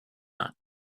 not